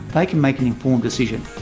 they can make an informed decision.